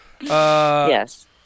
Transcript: Yes